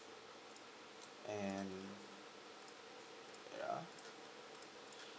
and yeah